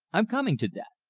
i'm coming to that.